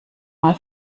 mal